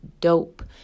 dope